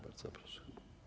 Bardzo proszę.